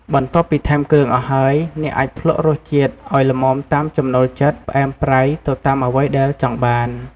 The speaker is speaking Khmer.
បន្ទាប់ពីថែមគ្រឿងអស់ហើយ អ្នកអាចភ្លក់រសជាតិឲ្យល្មមតាមចំណូលចិត្តផ្អែមប្រៃទៅតាមអ្វីដែលចង់បាន។